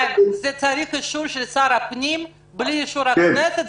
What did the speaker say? זה מצריך אישור של שר הפנים בלי אישור הכנסת?